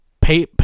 Pay